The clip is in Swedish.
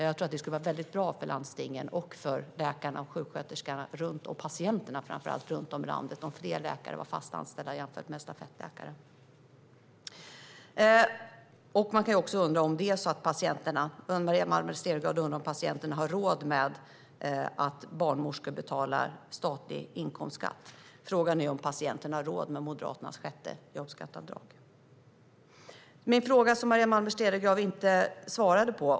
Jag tror att det skulle vara bra både för landstingen och för läkare och sjuksköterskor, och för inte minst patienterna, om fler läkare var fast anställda. Maria Malmer Stenergard undrar om patienterna har råd med att barnmorskor betalar statlig inkomstskatt. Frågan är om patienterna har råd med Moderaternas sjätte jobbskatteavdrag. Jag hade en fråga som Maria Malmer Stenergard inte svarade på.